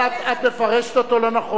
אבל חברת הכנסת אבסדזה, את מפרשת אותו לא נכון.